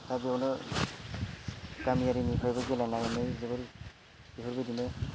दा बेयावनो गामियारिनिफ्रायबो गेलेनानै जोबोर बेफोरबायदिनो